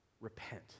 Repent